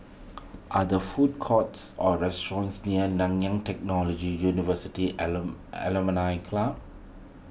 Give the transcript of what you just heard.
are there food courts or restaurants near Nanyang Technological University Alum Club